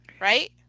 right